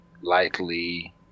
likely